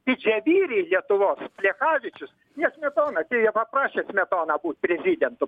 didžiavyriai lietuvos plechavičius ne smetona čia jie paprašė smetoną būt prezidentu